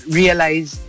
realize